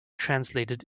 translated